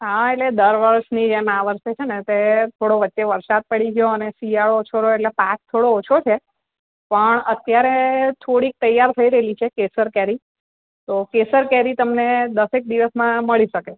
હા એટલે દર વર્ષની જેમ આ વર્ષે છે ને તે થોડો વચ્ચે વરસાદ પડી ગયો અને શિયાળો ઓછો રહ્યો એટલે પાક થોડો ઓછો છે પણ અત્યારે થોડીક તૈયાર થઈ રહેલી છે કેસર કેરી તો કેસર કેરી તમને દસેક દિવસમાં મળી શકે